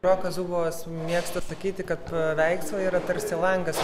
rokas zubovas mėgsta sakyti kad paveikslai yra tarsi langas